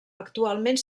actualment